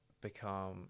become